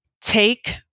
take